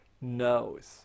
knows